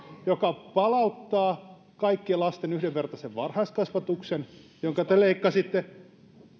joka palauttaa kaikkien lasten yhdenvertaisen varhaiskasvatuksen jonka te leikkasitte